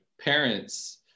parents